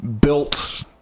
built